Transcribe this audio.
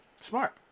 Smart